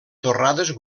torrades